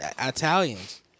Italians